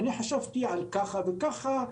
אני חשבתי על ככה וככה,